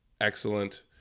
excellent